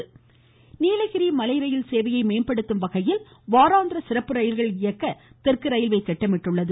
Nilgiri voice Nilgiri மலை ரயில் சேவையை மேம்படுத்தும் வகையில் வாராந்திர சிறப்பு ரயில்கள் இயக்க தெற்கு ரயில்வே திட்டமிடப்பட்டுள்ளது